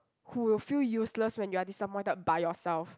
who will feel useless when you are disappointed by yourself